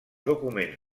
documents